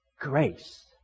grace